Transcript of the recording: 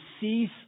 cease